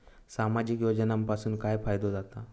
सामाजिक योजनांपासून काय फायदो जाता?